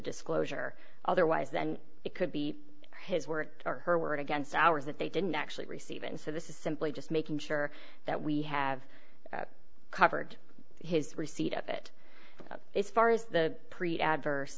disclosure otherwise then it could be his word or her word against ours that they didn't actually receive and so this is simply just making sure that we have covered his receipt of it as far as the pre adverse